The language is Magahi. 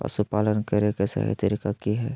पशुपालन करें के सही तरीका की हय?